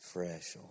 Fresh